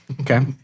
Okay